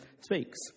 speaks